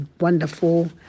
wonderful